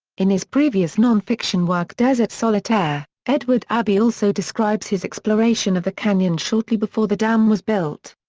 in his previous non-fiction work desert solitaire, edward abbey also describes his exploration of the canyon shortly before the dam was built.